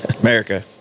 America